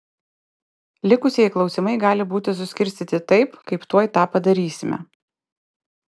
likusieji klausimai gali būti suskirstyti taip kaip tuoj tą padarysime